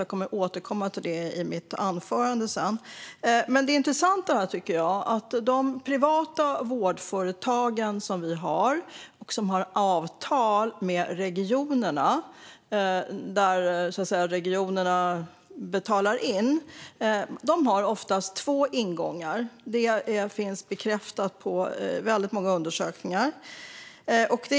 Jag kommer att återkomma till det i mitt huvudanförande. Det intressanta är att de privata vårdföretag som har avtal med regionerna så att regionerna betalar till dem oftast har två ingångar, vilket har bekräftats i väldigt många undersökningar.